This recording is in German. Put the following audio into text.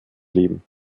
leben